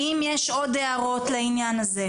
האם יש עוד הערות לעניין הזה,